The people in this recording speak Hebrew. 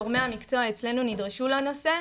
גורמי המקצוע אצלנו נדרשו לנושא,